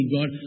God